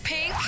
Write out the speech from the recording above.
Pink